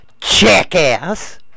jackass